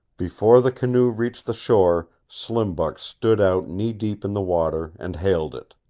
before the canoe reached the shore slim buck stood out knee-deep in the water and hailed it.